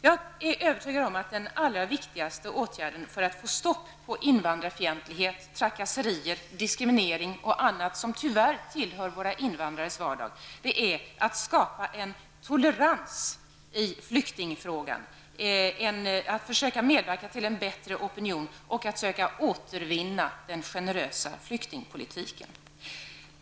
Jag är övertygad om att den allra viktigaste åtgärden för att få stopp på invandrarfientlighet, trakasserier, diskriminering och annat, som tyvärr tillhör våra invandrares vardag, är att skapa en tolerans i flyktingfrågan, att försöka medverka till en bättre opinion och att försöka återvinna den generösa flyktingpolitiken.